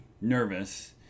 nervous